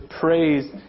praise